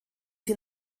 sie